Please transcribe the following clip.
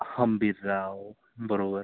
हंबीरराव बरोबर